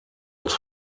als